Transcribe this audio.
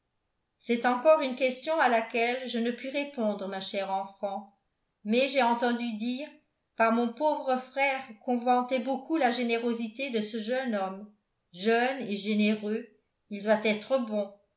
c'est encore une question à laquelle je ne puis répondre ma chère enfant mais j'ai entendu dire par mon pauvre frère qu'on vantait beaucoup la générosité de ce jeune homme jeune et généreux il doit être bon